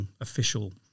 official